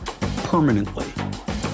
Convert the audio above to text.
Permanently